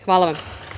Hvala vam.